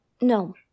No